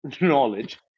knowledge